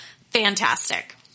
Fantastic